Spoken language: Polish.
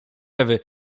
ewy